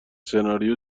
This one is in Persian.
سناریو